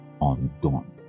undone